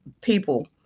people